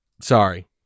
Sorry